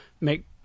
make